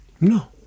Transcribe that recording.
no